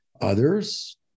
Others